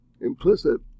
Implicit